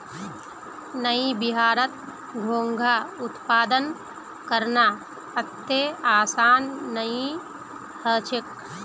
नइ बिहारत घोंघा उत्पादन करना अत्ते आसान नइ ह छेक